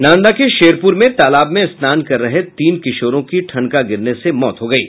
नालंदा के शेरपुर में तालाब में स्नान कर रहे तीन किशोरों की ठनका गिरने से मौत हो गयी